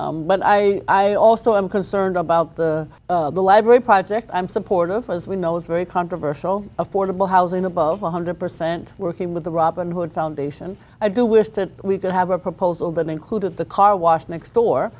bronx but i i also am concerned about the library project i'm supportive as we know is very controversial affordable housing above one hundred percent working with the robin hood foundation i do wish that we could have a proposal that included the car wash next door